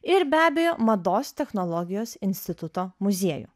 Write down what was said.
ir be abejo mados technologijos instituto muziejų